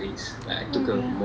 oh ya